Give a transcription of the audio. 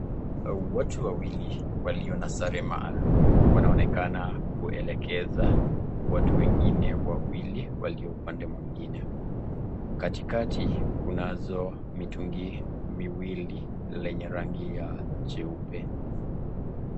Watu wawili walio na sare maalum wanaonekana kuelekeza watu wengine wawili walio upande mwingine, katikati kunazo mitungi miwili lenye rangi ya nyeupe.